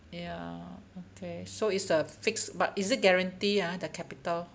ya okay so it;s a fixed but is it guarantee ah the capital